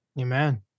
Amen